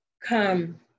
Come